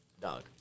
Dog